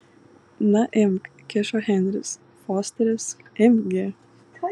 na imk kišo henris fosteris imk gi